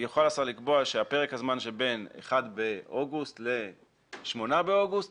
יוכל השר לקבוע שפרק הזמן שבין 1 באוגוסט ל-8 באוגוסט